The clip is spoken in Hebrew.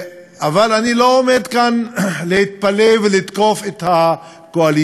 אבל אני לא עומד כאן להתפלא ולתקוף את הקואליציה.